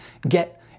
get